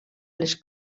les